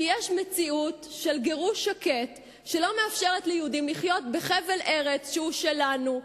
כי יש מציאות של גירוש שקט שלא מאפשר ליהודים לחיות בחבל ארץ שהוא שלנו,